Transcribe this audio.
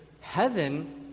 heaven